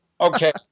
Okay